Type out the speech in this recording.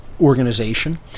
organization